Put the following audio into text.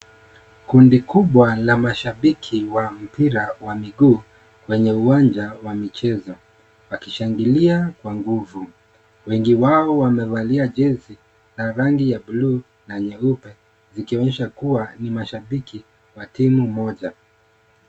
Kundi kubwa la mashabiki wa mpira wa miguu, wenye uwanja wa michezo. Akishangilia kwa nguvu. Wengi wao wamevalia jezi, la rangi ya bluu na nyeupe. Zikionyesha kuwa ni mashabiki wa timu moja.